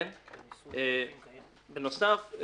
בנוסף,